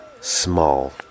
Small